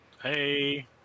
Hey